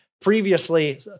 previously